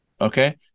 Okay